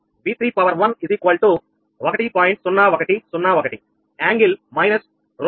0101 కోణం మైనస్ 2